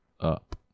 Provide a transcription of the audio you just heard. up